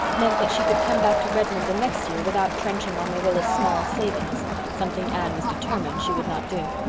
meant that she could come back to redmond the next year without trenching on marilla's small savings something anne was determined she would not do.